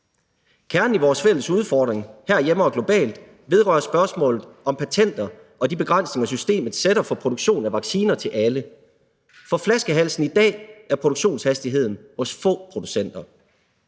Kernen i vores fælles udfordring herhjemme og globalt vedrører spørgsmålet om patenter og de begrænsninger, systemet sætter for produktion af vacciner til alle, for flaskehalsen i dag er produktionshastigheden hos få producenter.